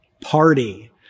party